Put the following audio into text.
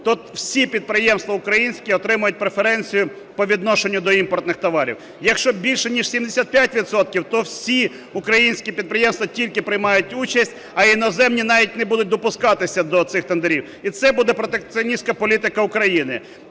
то всі підприємства, українські, отримають преференцію по відношенню до імпортних товарів. Якщо більше ніж 75 відсотків, то всі українські підприємства тільки приймають участь, а іноземні навіть не будуть допускатися до цих тендерів. І це буде протекціоністська політика України.